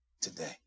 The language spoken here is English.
today